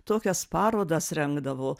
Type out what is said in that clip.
tokias parodas rengdavo